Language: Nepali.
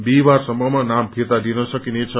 बिहीबारसम्मा नाम फिर्ता लिन सकिनेछ